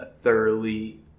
thoroughly